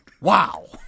wow